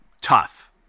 tough